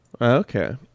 Okay